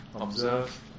Observe